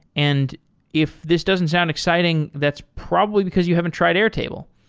and if this doesn't sound exciting, that's probably because you haven't tried airtable.